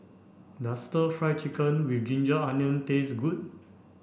does stir fried chicken with ginger onion taste good